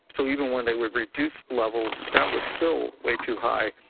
so even when there were reduced levels, that was still way too high.